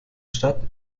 stadt